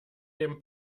dem